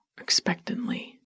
expectantly